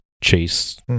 chase